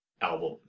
album